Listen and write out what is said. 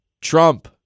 Trump